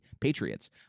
Patriots